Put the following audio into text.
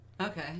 Okay